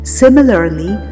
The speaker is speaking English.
similarly